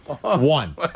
One